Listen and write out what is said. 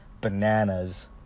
bananas